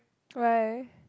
why